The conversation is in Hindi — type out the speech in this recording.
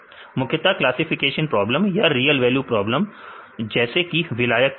मुख्यता क्लासिफिकेशन प्रॉब्लम या रियल वैल्यू प्रॉब्लम जैसे कि विलायक की पहुंच